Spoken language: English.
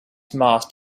mast